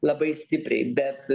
labai stipriai bet